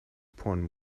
porn